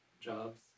jobs